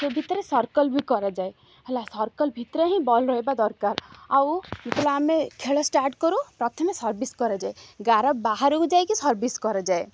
ସେ ଭିତରେ ସର୍କଲ୍ ବି କରାଯାଏ ହେଲା ସର୍କଲ୍ ଭିତରେ ହିଁ ବଲ୍ ରହିବା ଦରକାର ଆଉ ଯେତେବେଳେ ଆମେ ଖେଳ ଷ୍ଟାର୍ଟ କରୁ ପ୍ରଥମେ ସର୍ଭିସ୍ କରାଯାଏ ଗାର ବାହାରକୁ ଯାଇକି ସର୍ଭିସ୍ କରାଯାଏ